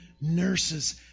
Nurses